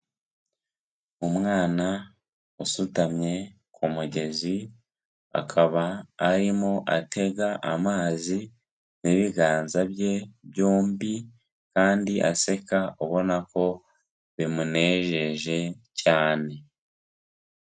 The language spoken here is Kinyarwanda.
Umwana usutamye ku mugezi akaba arimo atega amazi n'ibiganza bye byombi kandi aseka, ubona ko bimunejeje cyane.